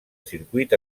circuit